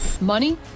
money